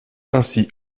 ainsi